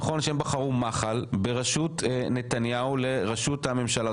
נכון שהם בחרו מחל בראשות נתניהו לראשות הממשלה.